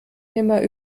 nimmer